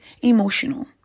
emotional